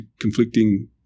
conflicting